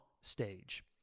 stage